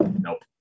nope